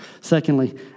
Secondly